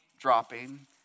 dropping